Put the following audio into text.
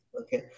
okay